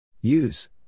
Use